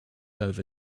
over